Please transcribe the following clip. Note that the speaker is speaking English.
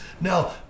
Now